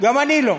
גם אני לא.